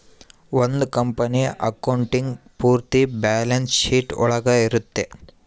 ಒಂದ್ company accounting ಪೂರ್ತಿ balance sheet ಒಳಗ ಇರುತ್ತೆ